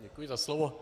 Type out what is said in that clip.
Děkuji za slovo.